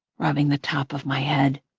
rubbing the top of my head.